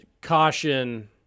caution